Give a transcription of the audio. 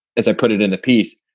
as i put it in the piece.